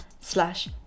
slash